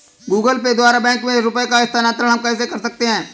Google Pay द्वारा bank में रुपयों का स्थानांतरण हम कैसे कर सकते हैं?